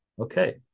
okay